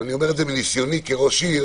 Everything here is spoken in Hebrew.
אני אומר מניסיוני כראש עיר